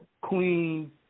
Queen